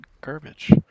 garbage